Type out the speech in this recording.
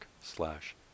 slash